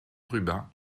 rubin